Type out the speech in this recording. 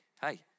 hey